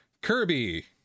Kirby